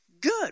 good